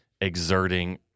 exerting